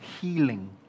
healing